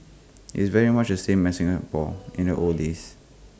it's very much the same as Singapore in the old days